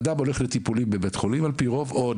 אדם הולך לטיפולים בבית חולים או נמצא